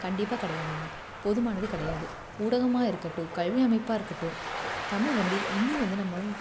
கண்டிப்பாக கிடையாதுங்க போதுமானது கிடையாது ஊடகமாக இருக்கட்டும் கல்வி அமைப்பாக இருக்கட்டும் தமிழ் வந்து இன்னும் வந்து நம்ம